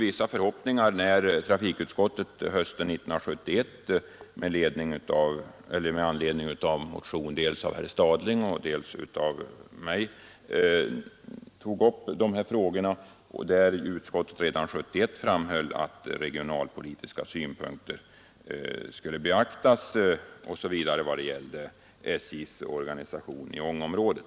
Vissa förhoppningar uppstod när trafikutskottet hösten 1971 med anledning av motioner bl.a. av herr Stadling och mig bl.a. framhöll att regionalpolitiska synpunkter skulle beaktas vad gällde SJ:s organisation i Ångeområdet.